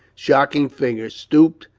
shocking figure, stooped,